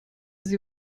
sie